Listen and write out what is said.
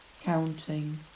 counting